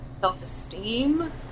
self-esteem